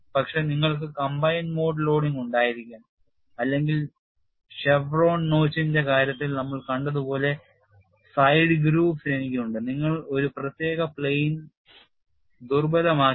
പക്ഷേ നിങ്ങൾക്ക് combined mode loading ഉണ്ടായിരിക്കാം അല്ലെങ്കിൽ ഷെവ്റോൺ നോച്ചിന്റെ കാര്യത്തിൽ നമ്മൾ കണ്ടതുപോലുള്ള സൈഡ് grooves എനിക്കുണ്ട് നിങ്ങൾ ഒരു പ്രത്യേക plane ദുർബലമാക്കി